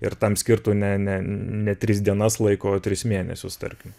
ir tam skirtų ne ne ne tris dienas laiko o tris mėnesius tarkim